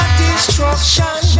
destruction